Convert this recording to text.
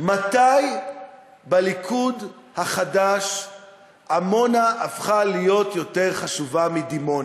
מתי בליכוד החדש עמונה הפכה להיות יותר חשובה מדימונה?